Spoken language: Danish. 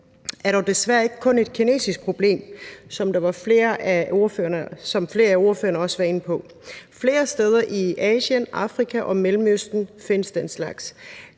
er dog desværre ikke kun et kinesisk problem, hvilket flere af ordførerne også har været inde på. Flere steder i Asien, Afrika og Mellemøsten findes den slags.